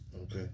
Okay